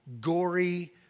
gory